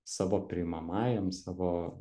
savo priimamajam savo